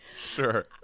Sure